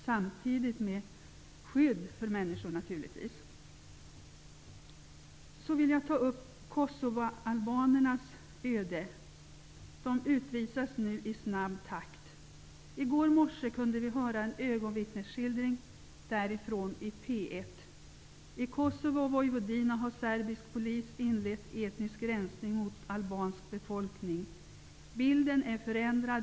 Samtidigt skall människorna naturligtvis få skydd. Jag vill också ta upp kosovoalbanernas öde. De utvisas nu i snabb takt. I går morse kunde vi höra en ögonvittnesskildring därifrån i P1. I Kosovo och Voyvodina har serbisk polis inlett etnisk rensning av den albanska befolkningen. Enligt rapporten är bilden förändrad.